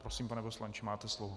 Prosím, pane poslanče, máte slovo.